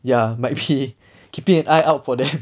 ya I'm actually keeping an eye out for them